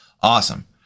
Awesome